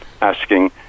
asking